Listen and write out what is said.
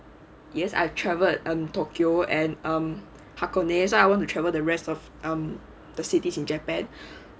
yes I've traveled and um tokyo and um hakone so I want to travel the rest um the cities in japan